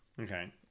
Okay